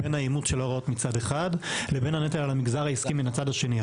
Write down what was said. בין האימוץ של ההוראות מצד אחד לבין הנטל על המגזר העסקי מהצד השני.